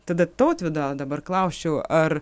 tada tautvydo dabar klausčiau ar